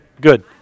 good